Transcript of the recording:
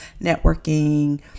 networking